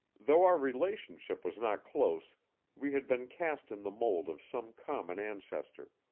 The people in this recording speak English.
though our relationship was not close we had been cast in the mold of some common ancestor.